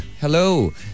hello